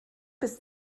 bis